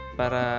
para